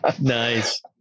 Nice